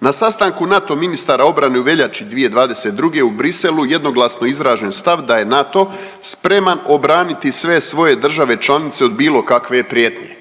Na sastanku NATO ministara obrane u veljače 2022. u Bruxellesu jednoglasno je izražen stav da je NATO spreman obraniti sve svoje države članice od bilo kakve prijetnje.